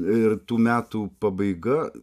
ir tų metų pabaiga